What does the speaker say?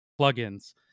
plugins